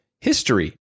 history